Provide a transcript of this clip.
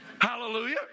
Hallelujah